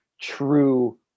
true